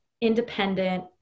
independent